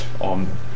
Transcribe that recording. on